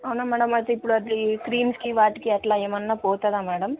అవునా మేడం అయితే ఇప్పుడు అది క్రీమ్స్కి వాటికి అలా ఏమైనా పోతుందా మేడం